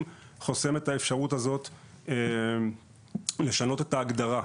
חוסם את האפשרות הזאת לשנות את ההגדרה.